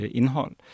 indhold